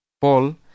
Paul